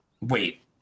wait